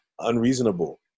unreasonable